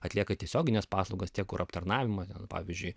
atlieka tiesiogines paslaugas tie kur aptarnavimas pavyzdžiui